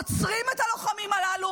עוצרים את הלוחמים הללו.